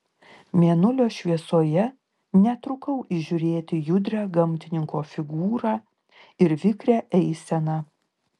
mėnulio šviesoje netrukau įžiūrėti judrią gamtininko figūrą ir vikrią eiseną